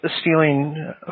stealing